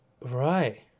Right